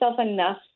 enough